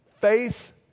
faith